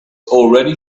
already